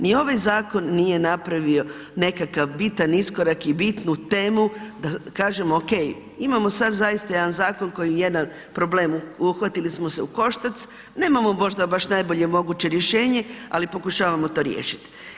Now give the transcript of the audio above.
Ni ovaj zakon nije napravo nekakav bitan iskorak i bitnu temu da kažemo ok, imamo sad zaista jedan zakon koji je nam problem, uhvatili smo se u koštac, nemamo možda baš najbolje moguće rješenje ali pokušavamo to riješiti.